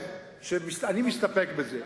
אני מסתפק בזה,